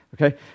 Okay